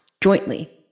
jointly